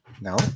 No